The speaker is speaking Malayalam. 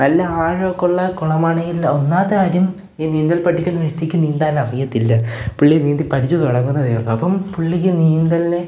നല്ല ആഴമൊക്കെ ഉള്ള കുളമാണെങ്കിൽ ഒന്നാമത്തെ കാര്യം ഈ നീന്തൽ പഠിക്കുന്ന വ്യക്തിക്ക് നീന്താനറിയത്തില്ല പുള്ളി നീന്തി പഠിച്ച് തുടങ്ങുന്നതേ ഉള്ളൂ അപ്പോള് പുള്ളിക്ക് നീന്തലിനെ